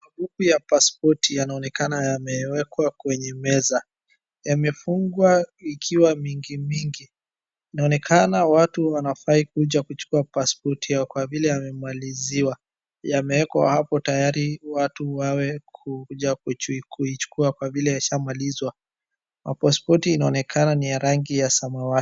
Mpya pasipoti yanaonekana yamewekwa kwenye meza, yamefungwa ikiwa mingi mingi. Inaonekana watu wanafaa kuja kuchukua pasipoti yao kwa vile ya, imaliziwa yamewekwa hapo tayari watu wawe kuja kuichukua kwa vile ishamalizwa. Mapasipoti inaonekana ni ya rangi ya samawati.